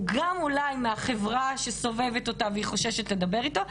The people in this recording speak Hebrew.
והוא גם אולי מהחברה שסובבת אותה והיא חוששת לדבר איתו,